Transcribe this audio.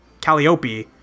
Calliope